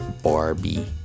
Barbie